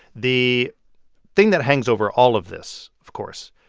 the thing that hangs over all of this, of course,